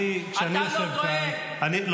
כשאני יושב כאן כאן -- אתה לא דואג.